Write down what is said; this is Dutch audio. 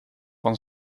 van